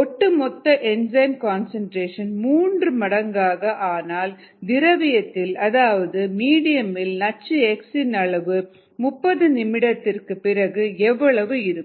ஒட்டுமொத்த enzyme concentration மூன்று மடங்காக ஆனால் திரவியத்தில் அதாவது மீடியம் மில் நச்சு X இன் அளவு 30 நிமிடத்திற்கு பிறகு எவ்வளவு இருக்கும்